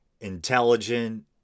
intelligent